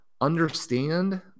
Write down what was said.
understand